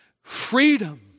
freedom